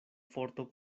forto